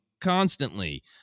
constantly